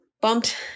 bumped